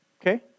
Okay